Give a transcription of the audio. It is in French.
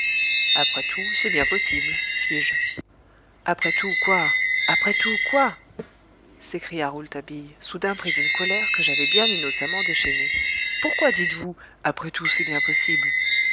après tout c'est bien possible fis-je après tout quoi après tout quoi s'écria rouletabille soudain pris d'une colère que j'avais bien innocemment déchaînée pourquoi dites-vous après tout c'est bien possible